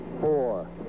four